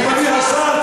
מכובדי השר,